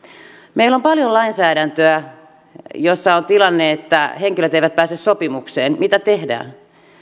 meillä on paljon lainsäädäntöä jossa on tilanne että henkilöt eivät pääse sopimukseen mitä tehdään